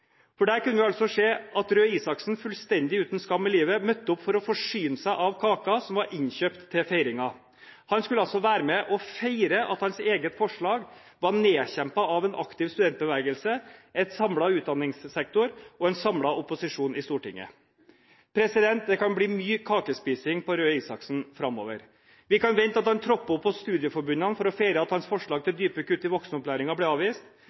kunne man se at statsråd Røe Isaksen – fullstendig uten skam i livet – møtte opp for å forsyne seg av kaken som var innkjøpt til feiringen. Han skulle altså være med på å feire at hans eget forslag var nedkjempet av en aktiv studentbevegelse, en samlet utdanningssektor og en samlet opposisjon i Stortinget. Det kan bli mye kakespising på statsråd Røe Isaksen framover. Vi kan vente at han tropper opp hos studieforbundene for å feire at hans forslag til dype kutt i voksenopplæringen ble avvist.